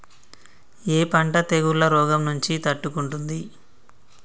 ఏ పంట తెగుళ్ల రోగం నుంచి తట్టుకుంటుంది?